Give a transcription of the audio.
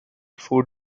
food